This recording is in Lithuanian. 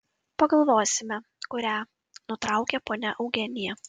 pagalvosime kurią nutraukė ponia eugenija